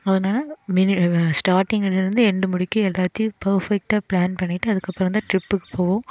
அதுனால ஸ்டார்ட்டிங்லிருந்து எண்டு முடிக்கி எல்லாத்தையும் பேர்ஃபெக்டாக பிளான் பண்ணிட்டு அதுக்கப்புறந்தான் டிரிப்புக்கு போவோம்